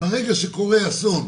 ברגע שקורה אסון,